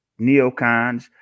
neocons